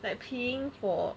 like peeing for